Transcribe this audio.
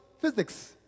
physics